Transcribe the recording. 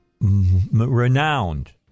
renowned